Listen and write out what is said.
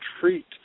treat